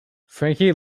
frankie